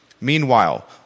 Meanwhile